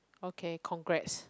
okay congrats